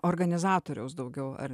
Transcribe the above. organizatoriaus daugiau ar